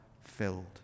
filled